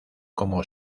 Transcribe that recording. como